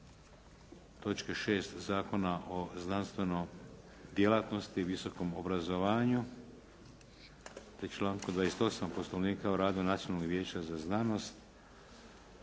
točke 6. Zakona o znanstvenoj djelatnosti i visokom obrazovanju, te člankom 28. Poslovnika o radu Nacionalnog vijeća za znanost